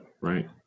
right